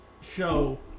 show